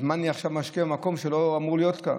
מה אני משקיעה עכשיו במקום שלא אמור להיות כאן?